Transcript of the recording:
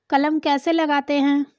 कलम कैसे लगाते हैं?